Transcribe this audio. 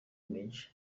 menshi